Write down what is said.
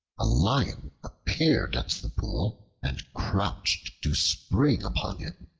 a lion appeared at the pool and crouched to spring upon him.